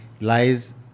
lies